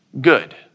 good